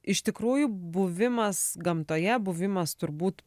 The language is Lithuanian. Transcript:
iš tikrųjų buvimas gamtoje buvimas turbūt